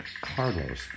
Carlos